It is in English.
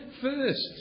first